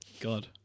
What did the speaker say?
god